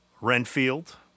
Renfield